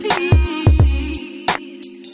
Peace